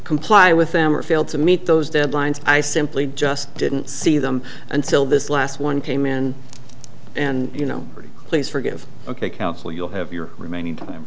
comply with them or failed to meet those deadlines i simply just didn't see them until this last one came in and you know pretty please forgive ok counsel you'll have your remaining time